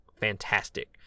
fantastic